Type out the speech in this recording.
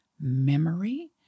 memory